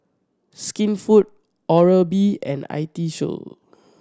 Skinfood Oral B and I T Show